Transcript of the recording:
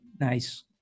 Nice